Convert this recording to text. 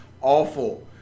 awful